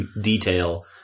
detail